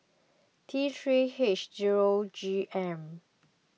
T three H zero G M